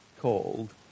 called